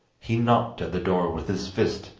he knocked at the door with his fist,